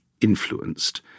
influenced